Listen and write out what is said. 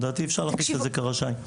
לדעתי, אפשר להכניס זאת כרשאי.